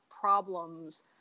problems